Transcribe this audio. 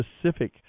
specific